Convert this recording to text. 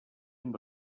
amb